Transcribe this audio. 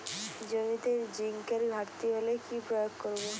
জমিতে জিঙ্কের ঘাটতি হলে কি প্রয়োগ করব?